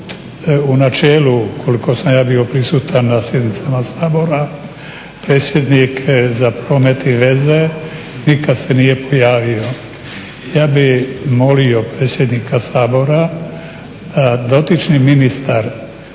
u načelu koliko sam ja bio prisutan na sjednicama Sabora predsjednik za promet i veze nikad se nije pojavio. Ja bih molio predsjednika Sabora dotični ministar